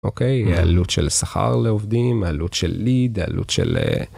אוקיי העלות של שכר לעובדים, העלות של ליד, העלות של אה..